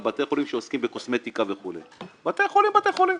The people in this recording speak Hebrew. בתי חולים שעוסקים בקוסמטיקה וכולי אלא על בתי חולים שהם בתי חולים